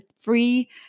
free